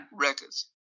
records